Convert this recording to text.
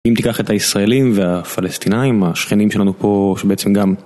אם תיקח את הישראלים והפלסטינאים, השכנים שלנו פה, שבעצם גם.